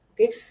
Okay